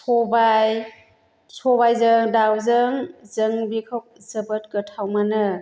सबाइ सबाइजों दाउजों जों बिखौ जोबोद गोथाव मोनो